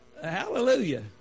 Hallelujah